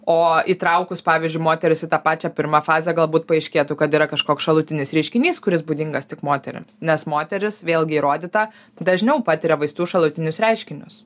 o įtraukus pavyzdžiui moteris į tą pačią pirmą fazę galbūt paaiškėtų kad yra kažkoks šalutinis reiškinys kuris būdingas tik moterims nes moteris vėlgi įrodyta dažniau patiria vaistų šalutinius reiškinius